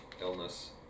illness